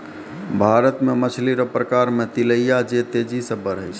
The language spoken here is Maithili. भारत मे मछली रो प्रकार मे तिलैया जे तेजी से बड़ै छै